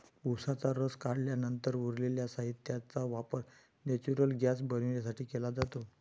उसाचा रस काढल्यानंतर उरलेल्या साहित्याचा वापर नेचुरल गैस बनवण्यासाठी केला जातो